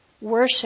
Worship